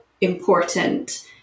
important